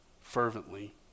fervently